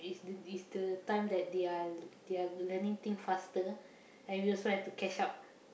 is the is the time that they are they are learning thing faster and we also have to catch up